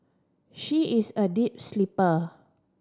she is a deep sleeper